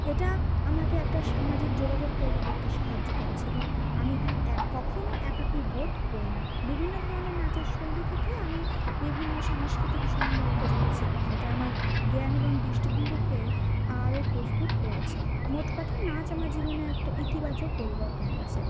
এটা আমাকে একটা সামাজিক যোগাযোগ তৈরি করতে সাহায্য করেছে এবং আমি এক কখনও একাকী বোধ করি না বিভিন্ন ধরনের নাচের শৈলী থেকে আমি বিভিন্ন সাংস্কৃতিক সম্পর্ক জেনেছি এটা আমার জ্ঞান এবং দৃষ্টিভঙ্গিকে আরও প্রস্তুত করেছে মোট কথা নাচ আমার জীবনে একটা ইতিবাচক পরিবর্তন এনেছে